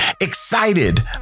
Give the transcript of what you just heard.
excited